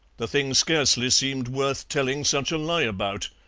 the thing scarcely seemed worth telling such a lie about.